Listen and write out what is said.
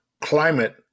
climate